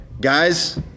guys